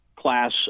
class